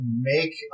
make